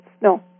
no